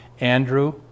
Andrew